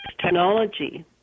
technology